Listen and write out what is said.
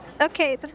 okay